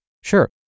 Sure